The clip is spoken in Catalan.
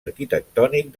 arquitectònic